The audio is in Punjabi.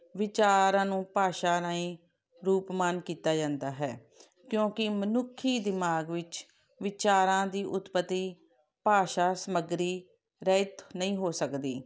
ਵਿਚਾਰਾਂ ਨੂੰ ਭਾਸ਼ਾ ਰਾਹੀਂ ਰੂਪਮਾਨ ਕੀਤਾ ਜਾਂਦਾ ਹੈ ਕਿਉਂਕਿ ਮਨੁੱਖੀ ਦਿਮਾਗ਼ ਵਿੱਚ ਵਿਚਾਰਾਂ ਦੀ ਉਤਪੱਤੀ ਭਾਸ਼ਾ ਸਮੱਗਰੀ ਰਹਿਤ ਨਹੀਂ ਹੋ ਸਕਦੀ